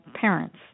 parents